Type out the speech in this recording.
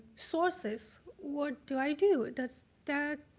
sources, what do i do? does that,